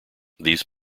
these